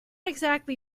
exactly